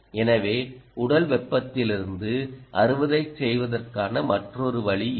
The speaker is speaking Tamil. எனவேஉடல் வெப்பத்திலிருந்து அறுவடை செய்வதற்கான மற்றொரு வழி இது